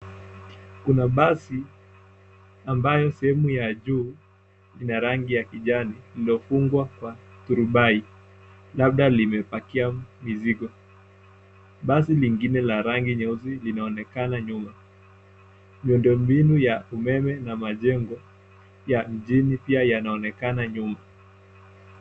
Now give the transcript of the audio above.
Kuna basi ambayo sehemu ya juu ina rangi ya kijani iliyofungwa kwa turubai labda limepakia mizigo. Basi lingine la rangi nyeusi linaonekana nyuma. Miundombinu ya umeme na majengo ya mjini pia yanaonekana nyuma.